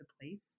place